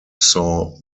saw